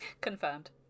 Confirmed